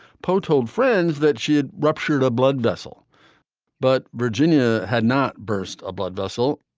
poe told friends that she had ruptured a blood vessel but virginia had not burst a blood vessel.